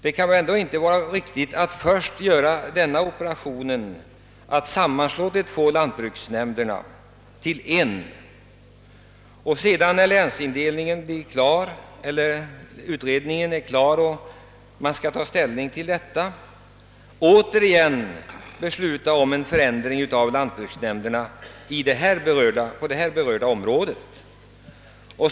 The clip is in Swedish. Det kan inte vara riktigt att först sammanslå de båda lantbruksnämnderna till en och sedan, när utredningen är klar och man skall ta ställning till frågan, återigen besluta en förändring av lantbruksnämnderna på det här berörda området.